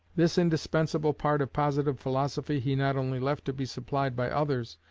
this indispensable part of positive philosophy he not only left to be supplied by others,